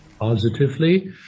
positively